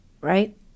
right